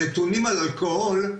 הנתונים על אלכוהול,